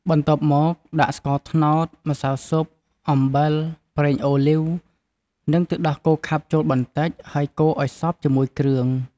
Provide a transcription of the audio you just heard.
បន្ទាប់មកដាក់ស្ករត្តោត ម្សៅស៊ុប អំបិល ប្រេងអូលីវ និងទឹកដោះគោខាប់ចូលបន្តិច ហើយកូរឱ្យសព្វជាមួយគ្រឿង។